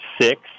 six